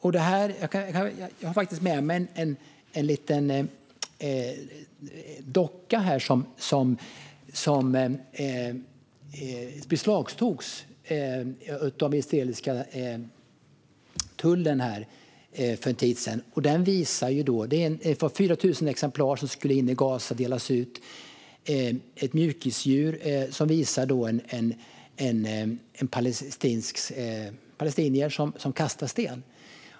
Jag har med mig en liten docka som beslagtogs av den israeliska tullen för en tid sedan. 4 000 exemplar av dockan skulle delas ut i Gaza. Det är en mjukisdocka som föreställer en palestinier som kastar sten.